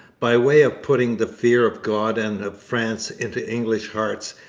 by way of putting the fear of god and of france into english hearts,